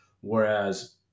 Whereas